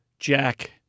Jack